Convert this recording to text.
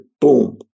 boom